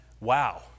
wow